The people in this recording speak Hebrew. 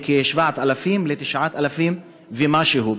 מכ-7,000 לכ-9,000 ומשהו.